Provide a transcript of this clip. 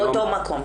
באותו מקום.